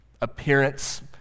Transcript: appearance